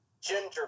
ginger